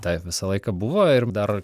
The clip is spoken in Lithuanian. taip visą laiką buvo ir dar